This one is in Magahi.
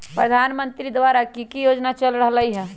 प्रधानमंत्री द्वारा की की योजना चल रहलई ह?